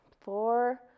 four